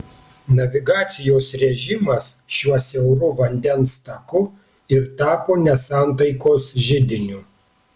navigacijos režimas šiuo siauru vandens taku ir tapo nesantaikos židiniu